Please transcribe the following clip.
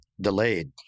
delayed